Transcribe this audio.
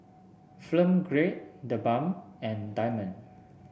Grade TheBalm and Diamond